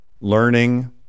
learning